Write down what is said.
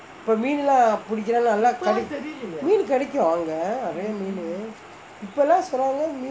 இப்பே மீனு லாம் புடிக்க நல்லா கிடைக்கும் மீனு கிடைக்கும் அங்கே நெறைய மீனு இப்பெல்லாம் சொல்றாங்கே:ippae meenu laam pudikka nallaa kidaikum meenu angae neraiyaa meenu ippelaam solraangae